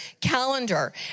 calendar